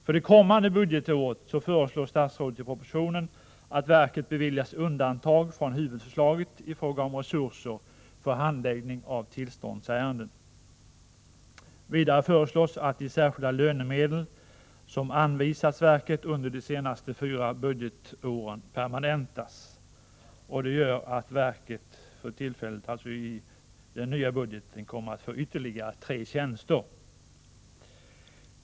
För det kommande budgetåret föreslår statsrådet i propositionen att verket beviljas undantag från huvudförslaget i fråga om resurser för handläggning av tillståndsärenden. Vidare föreslås att de särskilda lönemedel som anvisats verket under de senaste fyra budgetåren permanentas. Detta gör att verket i den kommande budgeten får ytterligare tre tjänster.